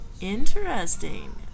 Interesting